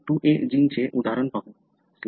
या EPM2A जीनचे उदाहरण पाहू